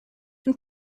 and